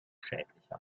schädlicher